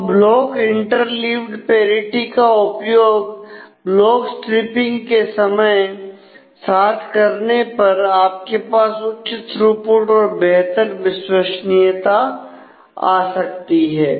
तो block interleaved parity का उपयोग ब्लॉक स्ट्रिपिंग के साथ करने पर आपके पास उच्च थ्रूपुट और बेहतर विश्वसनीयता आ सकती है